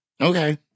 Okay